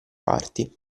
parti